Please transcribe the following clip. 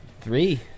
Three